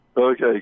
okay